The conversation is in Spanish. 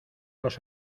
los